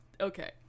okay